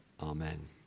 Amen